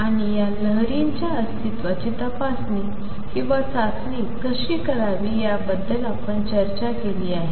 आणि या लहरींच्या अस्तित्वाची तपासणी किंवा चाचणी कशी करावी याबद्दल आपण चर्चा केली आहे